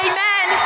Amen